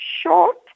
short